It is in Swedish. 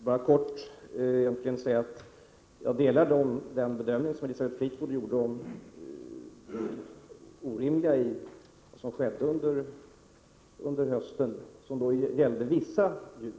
Herr talman! Jag vill egentligen bara helt kort säga att jag delar Elisabeth Fleetwoods bedömning när det gäller det orimliga som hände under hösten beträffande vissa djur